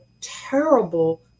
terrible